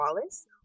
Wallace